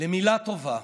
למילה טובה.